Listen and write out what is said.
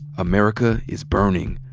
america is burning.